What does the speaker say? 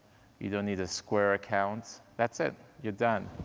you don't need a square account. that's it, you're done.